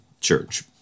church